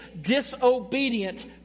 disobedient